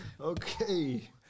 Okay